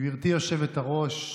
גברתי היושבת-ראש,